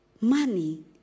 money